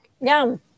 Yum